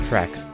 Track